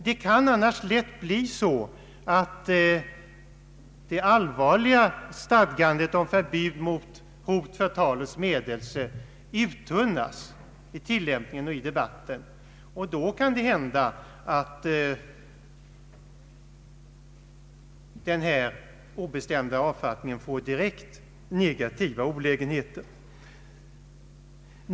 Det kan annars lätt bli så att det allvarliga stadgandet om förbud mot hot, förtal eller smädelse uttunnas i tillämpningen och i debatten, och då kan det hända att den föreslagna obestämda formuleringen får direkt negativa olägenheter.